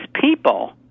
people